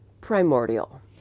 primordial